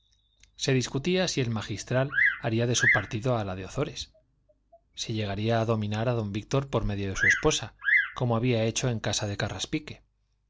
se discutía si el magistral haría de su partido a la de ozores si llegaría a dominar a don víctor por medio de su esposa como había hecho en casa de